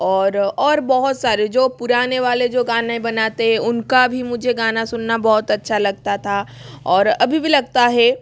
और और बहुत सारे जो पुराने वाले जो गाने बनाते हैं उनका भी मुझे गाना सुनना बहुत अच्छा लगता था और अभी भी लगता है